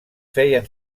feien